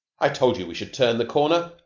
i told you we should turn the corner.